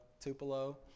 tupelo